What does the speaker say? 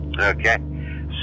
Okay